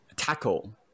tackle